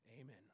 Amen